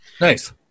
Nice